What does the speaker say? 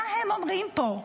מה הם אומרים פה?